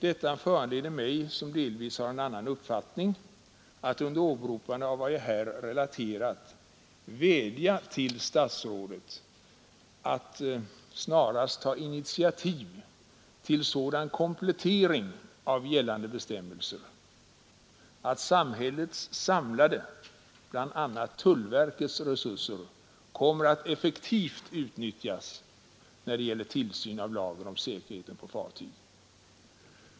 Detta föranleder mig, som delvis har en annan uppfattning, att under åberopande av vad jag här relaterat vädja till statsrådet att snarast ta initiativ till sådan komplettering av gällande bestämmelser att samhällets samlade resurser — bl.a. tullverkets — kommer att effektivt utnyttjas när det gäller tillsyn av lagen om säkerheten på fartyg.